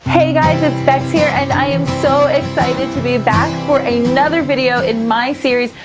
hey guys, it's bex here and i am so excited to be back for another video in my series,